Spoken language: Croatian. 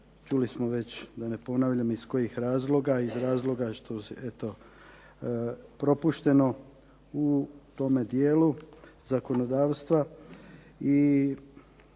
čuli smo već, da ne ponavljam, iz kojih razloga, iz razloga što je eto propušteno u tome dijelu zakonodavstva.